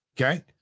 Okay